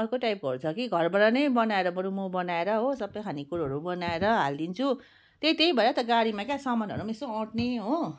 अर्को टाइपकोहरू छ कि घरबाट नै बनाएर बरू म बनाएर हो सबै खानेकुरोहरू बनाएर हालिदिन्छु त्यही त्यही भएर त गाडीमा क्या सामानहरू पनि यसो आँट्ने हो